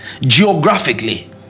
geographically